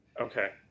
Okay